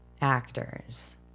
Actors